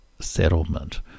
Settlement